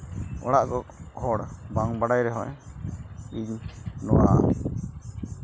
ᱚᱲᱟᱜ ᱦᱚᱲ ᱵᱟᱝ ᱵᱟᱲᱟᱭ ᱨᱮᱦᱚᱸᱭ ᱤᱧ ᱱᱚᱣᱟ